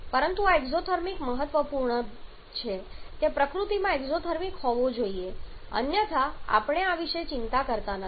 પરંતુ આ એક્ઝોથર્મિક ભાગ મહત્વપૂર્ણ છે તે પ્રકૃતિમાં એક્ઝોથર્મિક હોવો જોઈએ અન્યથા આપણે આ વિશે ચિંતા કરતા નથી